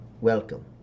Welcome